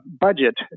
budget